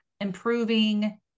improving